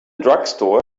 drugstore